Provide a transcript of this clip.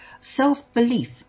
self-belief